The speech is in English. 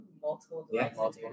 Multiple